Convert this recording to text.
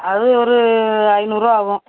அது ஒரு ஐந்நூறுபா ஆகும்